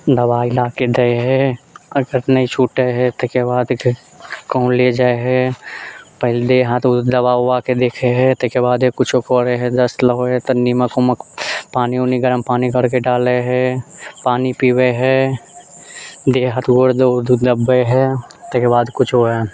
दवाइ लाके दै है अगर नहि छूटै है ताहिके बाद कहुँ ले जाइ है पहिले यहाँ दवा उवाके देखै है ताहिके बादे कुछौ करै है दस्त लगै है तऽ निमक उमक पानि वानिमे गरम पानि करके डालै है पानि पीबै है देह हाथ गोर उर दबबै है ताहिके बाद कुछ हुए है